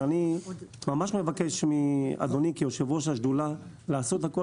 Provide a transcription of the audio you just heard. ואני ממש מבקש מאדוני כיושב ראש השדולה לעשות הכול